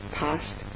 past